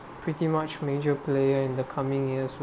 pretty much major player in the coming years